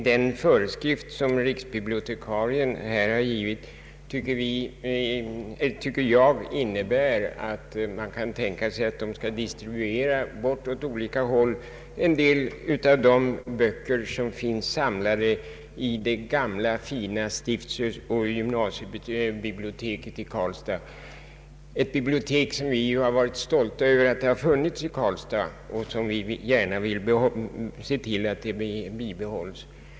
Den föreskrift som riksbibliotekarien här har givit tycker jag innebär att man skall distribuera bort åt olika håll en del av de böcker som finns samlade i det gamla fina stiftsoch gymnasiebiblioteket i Karlstad, ett bibliotek som vi har varit stolta över att ha i Karlstad och som vi gärna vill se till att det bibehålls.